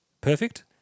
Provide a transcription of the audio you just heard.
perfect